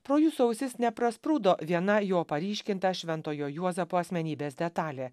pro jūsų ausis neprasprūdo viena jo paryškinta šventojo juozapo asmenybės detalė